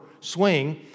swing